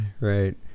right